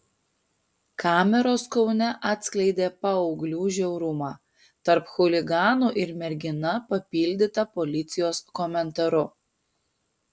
kameros kaune atskleidė paauglių žiaurumą tarp chuliganų ir mergina papildyta policijos komentaru